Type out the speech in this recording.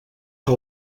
que